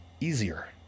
easier